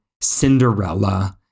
Cinderella